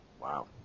wow